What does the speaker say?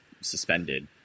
suspended